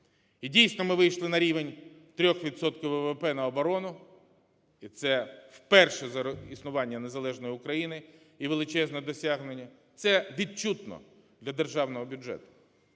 І, дійсно, ми вийшли на рівень 3 відсотків ВВП на оборону, і це вперше за існування незалежної України, і величезне досягнення. Це відчутно для державного бюджету,